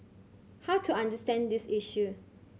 how to understand this issue